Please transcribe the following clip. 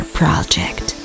project